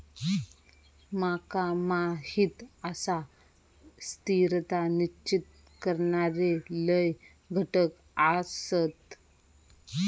माका माहीत आसा, स्थिरता निश्चित करणारे लय घटक आसत